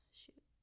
shoot